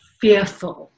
fearful